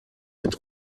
mit